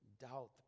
doubt